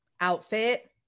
outfit